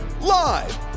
Live